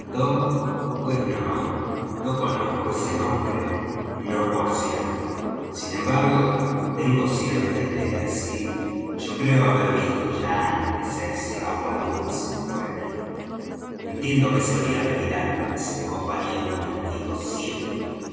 no no conozco ese nombre no por cierto sin embargo tengo cierta idea sí yo creo haber visto ya antes á ese agua dulce por aquí entiendo que solía venir antes en compañía de un mendigo ciego